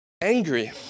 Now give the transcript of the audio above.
angry